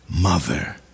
mother